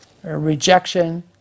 rejection